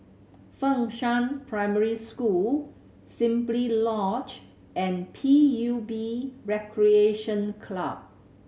Fengshan Primary School Simply Lodge and P U B Recreation Club